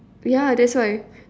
ya that's why